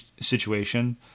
situation